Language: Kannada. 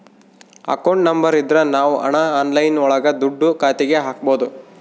ಅಕೌಂಟ್ ನಂಬರ್ ಇದ್ರ ನಾವ್ ಹಣ ಆನ್ಲೈನ್ ಒಳಗ ದುಡ್ಡ ಖಾತೆಗೆ ಹಕ್ಬೋದು